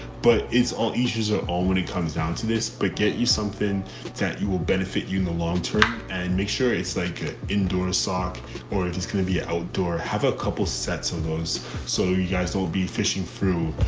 but it's all issues are all when it comes down to this. but get you something that you will benefit you in the longterm and make sure it's like indoor esop or if it's going to be outdoor, have a couple sets of those so you guys don't be fishing through.